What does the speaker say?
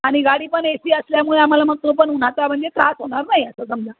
आणि गाडी पण ए सी असल्यामुळे आम्हाला मग तो पण उन्हाचा म्हणजे त्रास होणार नाही असं समजा